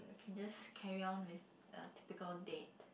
uh can just carry on with a typical date